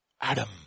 Adam